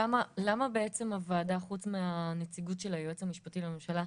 למה בעצם הוועדה חוץ מהנציגות של היועץ המשפטי לממשלה,